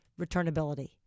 returnability